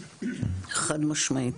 משמעית.